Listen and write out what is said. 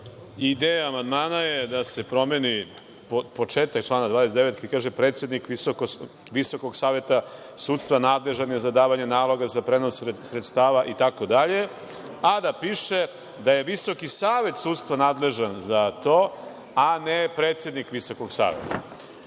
amandmana je da se promeni početak člana 29. koji kaže – predsednik Visokog saveta sudstva nadležan je za davanje naloga za prenos sredstava, itd, a da piše da je Visoki savet sudstva nadležan za to, a ne predsednik Visokog saveta.I